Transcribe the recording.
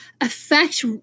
affect